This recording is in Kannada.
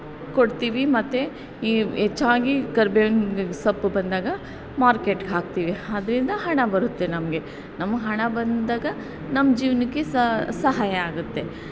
ಕೊಡ್ತೀವಿ ಮತ್ತು ಈ ಹೆಚ್ಚಾಗಿ ಕರ್ಬೇವಿನ ಸೊಪ್ಪು ಬಂದಾಗ ಮಾರ್ಕೆಟಿಗೆ ಹಾಕ್ತೀವಿ ಅದರಿಂದ ಹಣ ಬರುತ್ತೆ ನಮಗೆ ನಮ್ಗೆ ಹಣ ಬಂದಾಗ ನಮ್ಮ ಜೀವನಕ್ಕೆ ಸಹಾಯ ಆಗುತ್ತೆ